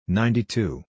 ninety-two